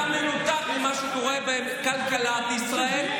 אתה מנותק ממה שקורה בכלכלת ישראל,